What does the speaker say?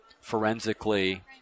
forensically